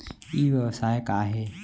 ई व्यवसाय का हे?